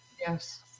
Yes